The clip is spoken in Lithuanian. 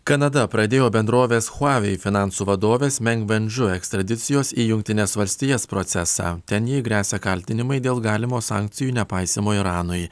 kanada pradėjo bendrovės huawei finansų vadovės meng ven žu ekstradicijos į jungtines valstijas procesą ten jai gresia kaltinimai dėl galimo sankcijų nepaisymo iranui